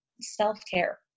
Self-care